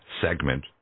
segment